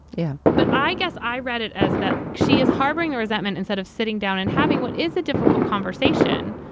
yeah, but i guess i read it as that she is harboring resentment instead of sitting down and having what is a difficult conversation.